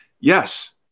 yes